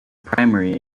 primary